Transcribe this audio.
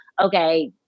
okay